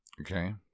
Okay